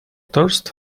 thirst